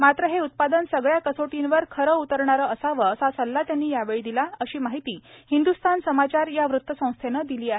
मात्र हे उत्पादन सगळ्या कसोटीवर खरं उतरणारं असावं असा सल्ला त्यांनी यावेळी दिला अशी माहिती हिंदुस्थान समाचार या वृतसंस्थेनं दिली आहे